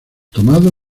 tomado